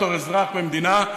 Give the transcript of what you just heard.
בתור אזרח במדינה,